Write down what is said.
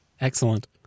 Excellent